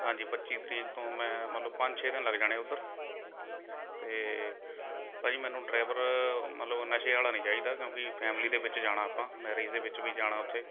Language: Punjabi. ਹਾਂਜੀ ਪੱਚੀ ਤਰੀਕ ਤੋਂ ਮੈਂ ਮਤਲਬ ਪੰਜ ਛੇ ਦਿਨ ਲੱਗ ਜਾਣੇ ਉੱਧਰ ਅਤੇ ਭਾਅ ਜੀ ਮੈਨੂੰ ਡਰਾਈਵਰ ਮਤਲਬ ਨਸ਼ੇ ਵਾਲ਼ਾ ਨਹੀਂ ਚਾਹੀਦਾ ਕਿਉਂਕਿ ਫੈਮਿਲੀ ਦੇ ਵਿੱਚ ਜਾਣਾ ਆਪਾਂ ਮੈਰਿਜ ਦੇ ਵਿੱਚ ਵੀ ਜਾਣਾ ਉੱਥੇ